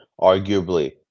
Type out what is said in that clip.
arguably